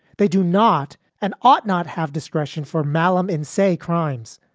they do not and ought not have discretion for malum in, say, crimes.